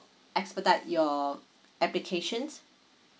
expedite your applications